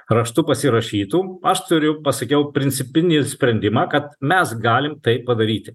raštu pasirašytų aš turiu pasakiau principinį sprendimą kad mes galim tai padaryti